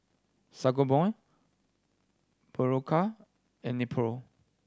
Sangobion Berocca and Nepro